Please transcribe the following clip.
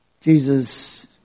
Jesus